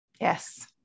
Yes